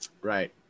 Right